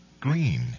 Green